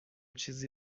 چیزی